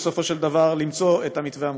ובסופו של דבר למצוא את המתווה המוסכם.